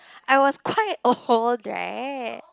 I was quite old right